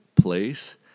place